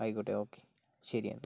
ആയിക്കോട്ടെ ഓക്കേ ശരി എന്നാൽ